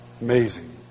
Amazing